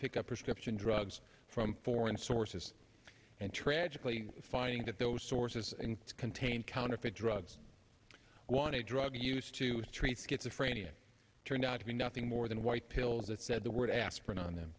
pick up prescription drugs from foreign sources and tragically finding that those sources to contain counterfeit drugs want to drug use to street schizophrenia turned out to be nothing more than white pills that said the word aspirin on them